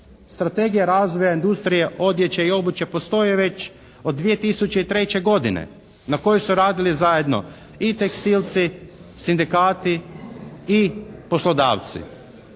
strategija razvoja industrije odjeće i obuće postoje već od 2003. godine na kojoj su radili zajedno i tekstilci, sindikati i poslodavci.